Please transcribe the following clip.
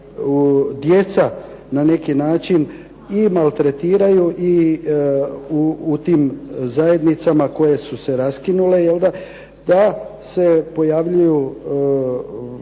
djeca na neki način i maltretiraju i u tim zajednicama koje su se raskinule jel'da da se pojavljuju